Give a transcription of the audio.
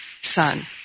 son